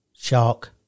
shark